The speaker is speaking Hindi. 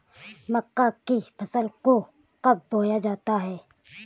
मक्का की फसल को कब बोया जाता है?